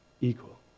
equal